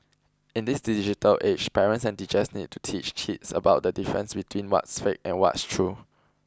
in this digital age parents and teachers need to teach kids about the difference between what's fake and what's true